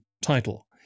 title